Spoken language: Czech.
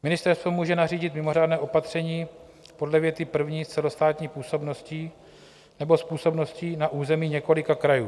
Ministerstvo může nařídit mimořádné opatření podle věty první s celostátní působností nebo s působností na území několika krajů.